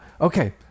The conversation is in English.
Okay